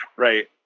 Right